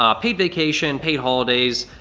ah paid vacation, paid holidays,